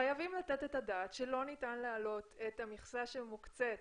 חייבים לתת את הדעת שלא ניתן לעלות את המכסה שמוקצית